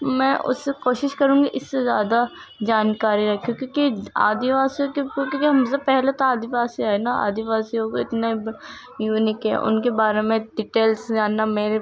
میں اس سے کوشش کروں گی اس سے زیادہ جان کاری رکھیں کیونکہ آدی واسی کیونکہ ہم سے پہلے تو آدی واسی آئے نا آدی واسیوں کے اتنے یونیک ہے کہ ان کے بارے میں ڈیٹیلز جاننا میرے